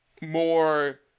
more